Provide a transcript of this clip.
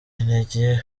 intege